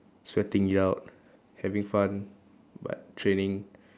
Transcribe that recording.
sweating it out having fun but training